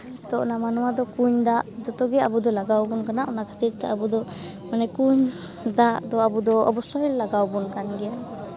ᱛᱳ ᱚᱱᱟ ᱢᱟᱱᱣᱟ ᱫᱚ ᱠᱩᱧ ᱫᱟᱜ ᱡᱚᱛᱚᱜᱮ ᱟᱵᱚ ᱫᱚ ᱞᱟᱜᱟᱣ ᱟᱵᱚᱱ ᱠᱟᱱᱟ ᱚᱱᱟ ᱠᱷᱟᱹᱛᱤᱨ ᱛᱮ ᱟᱵᱚ ᱫᱚ ᱢᱟᱱᱮ ᱠᱩᱧ ᱫᱟᱜ ᱫᱚ ᱟᱵᱚ ᱫᱚ ᱚᱵᱚᱥᱥᱳᱭ ᱞᱟᱜᱟᱣ ᱟᱵᱚᱱ ᱠᱟᱱ ᱜᱮᱭᱟ